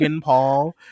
Paul